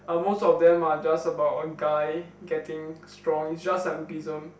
are most of them are just about a guy getting strong is just like Lookism